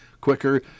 quicker